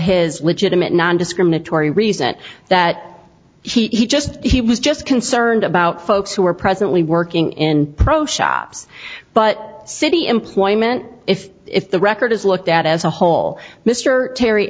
his legitimate nondiscriminatory resent that he just he was just concerned about folks who are presently working in pro shops but city employment if if the record is looked at as a whole mr terry